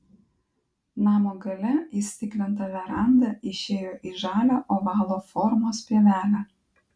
namo gale įstiklinta veranda išėjo į žalią ovalo formos pievelę